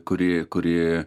kuri kuri